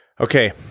okay